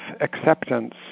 acceptance